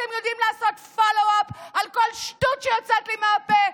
אתם יודעים לעשות follow-up לכל שטות שיוצאת לי מהפה.